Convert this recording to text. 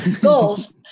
goals